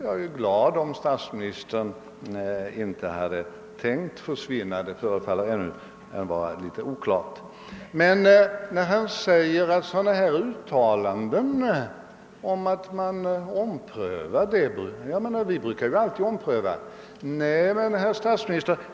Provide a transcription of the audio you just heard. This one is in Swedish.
Jag är glad om statsministern inte hade tänkt försvinna, men det förefaller ännu vara litet oklart. Statsministern gör ett uttalande om att regeringen alltid omprövar utgiftsprogrammet.